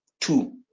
Two